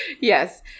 Yes